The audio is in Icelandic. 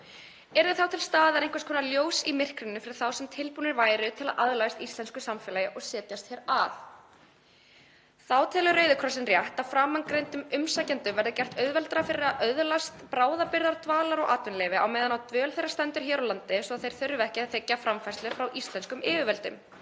Yrði þá til staðar einhvers konar ljós í myrkrinu fyrir þá sem tilbúnir væru til að aðlagast íslensku samfélagi og setjast hér að. Þá telur Rauði krossinn rétt að framangreindum umsækjendum verði gert auðveldara fyrir að öðlast bráðabirgðadvalar- og -atvinnuleyfi á meðan á dvöl þeirra stendur hér á landi svo þeir þurfi ekki að þiggja framfærslu frá íslenskum yfirvöldum.